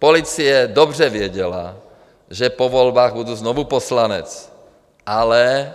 Policie dobře věděla, že po volbách budu znovu poslancem, ale